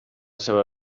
seva